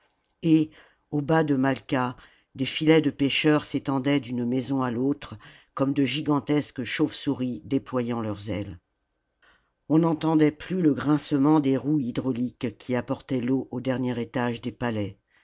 et au bas de mafqua des filets de pêcheurs s'étendaient d'une maison à l'autre comme de gigantesques chauves souris déployant leurs ailes on n'entendait plus le grincement des roues hydrauliques qui apportaient l'eau au dernier étage des palais